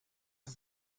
ist